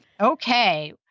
Okay